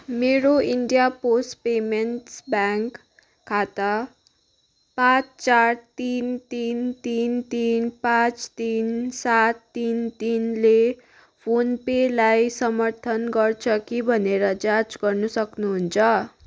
मेरो India post payments bank खाता पाँच चार तिन तिन तिन तिन पाँच तिन सात तिन तिनले फोनपेलाई समर्थन गर्छ कि भनेर जाँच गर्न सक्नुहुन्छ